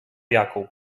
jakub